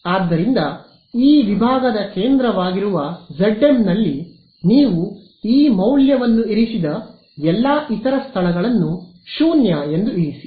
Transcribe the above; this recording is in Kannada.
ಆದ್ದರಿಂದ ಈ ವಿಭಾಗದ ಕೇಂದ್ರವಾಗಿರುವ zm ನಲ್ಲಿ ನೀವು ಈ ಮೌಲ್ಯವನ್ನು ಇರಿಸಿದ ಎಲ್ಲಾ ಇತರ ಸ್ಥಳಗಳನ್ನು 0 ಎಂದು ಇರಿಸಿ